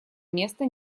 место